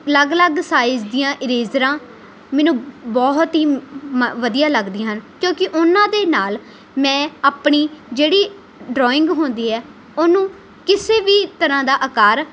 ਅਲੱਗ ਅਲੱਗ ਸਾਈਜ਼ ਦੀਆਂ ਇਰੇਂਜਰਾਂ ਮੈਨੂੰ ਬਹੁਤ ਹੀ ਵਧੀਆ ਲੱਗਦੀਆਂ ਹਨ ਕਿਉਂਕਿ ਉਹਨਾਂ ਦੇ ਨਾਲ ਮੈਂ ਆਪਣੀ ਜਿਹੜੀ ਡਰਾਇੰਗ ਹੁੰਦੀ ਹੈ ਉਹਨੂੰ ਕਿਸੇ ਵੀ ਤਰ੍ਹਾਂ ਦਾ ਆਕਾਰ